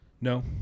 No